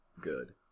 good